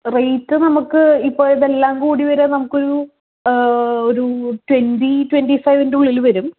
rate നമുക്ക് എല്ലാം കൂടി നമുക്കൊരു ഒരു ട്വൻറ്റി ട്വൻറ്റിഫൈവിനുള്ളിൽ വരും